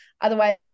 Otherwise